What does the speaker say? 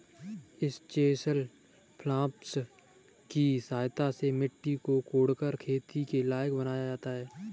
इस chisel plough की सहायता से मिट्टी को कोड़कर खेती के लायक बनाया जाता है